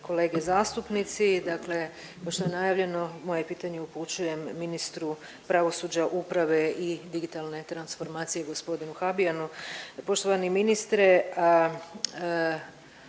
kolege zastupnici, dakle kao što je najavljeno moje pitanje upućujem ministru pravosuđa, uprave i digitalne transformacije gospodinu Habijanu. Poštovani ministre